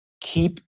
keep